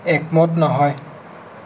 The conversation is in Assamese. একমত নহয়